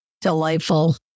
delightful